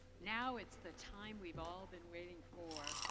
now it's the time we've all been wating for.